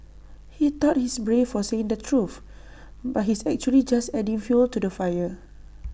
he thought he's brave for saying the truth but he's actually just adding fuel to the fire